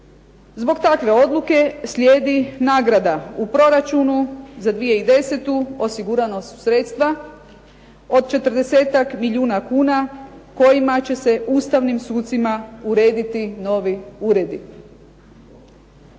Zbog takve odluke slijedi nagrada u proračunu za 2010. osigurana su sredstva od 40-ak milijuna kuna kojima će se ustavnim sucima urediti novi uredi.